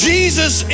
Jesus